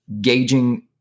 gauging